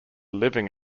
living